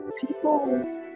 people